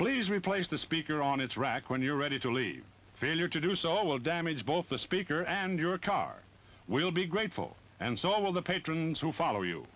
please replace the speaker on its rack when you're ready to leave failure to do so will damage both the speaker and your car will be grateful and so will the patrons who follow you